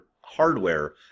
hardware